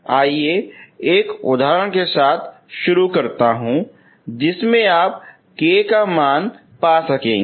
आइए एक उदाहरण के साथ शुरू करें जिसमें आप k का मूल्य पा सकेंगे